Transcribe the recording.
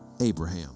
Abraham